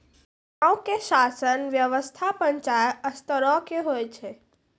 गांवो के शासन व्यवस्था पंचायत स्तरो के होय छै